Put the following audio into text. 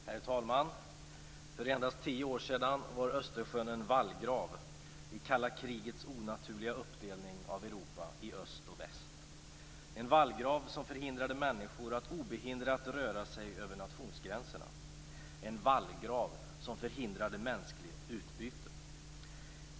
Herr talman! För endast tio år sedan var Östersjön en vallgrav i det kalla krigets onaturliga uppdelning av Europa i öst och väst, en vallgrav som förhindrade människor att obehindrat röra sig över nationsgränserna, en vallgrav som förhindrade mänskligt utbyte.